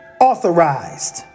authorized